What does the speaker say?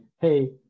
hey